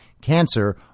cancer